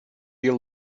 you